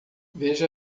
veja